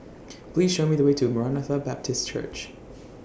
Please Show Me The Way to Maranatha Baptist Church